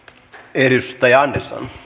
pyydystä ja ison j